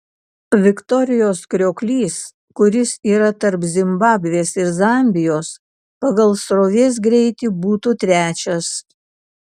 viktorijos krioklys kuris yra tarp zimbabvės ir zambijos pagal srovės greitį būtų trečias